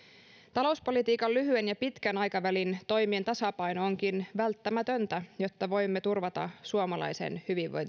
talouspolitiikan lyhyen ja pitkän aikavälin toimien tasapaino onkin välttämätöntä jotta voimme turvata suomalaisen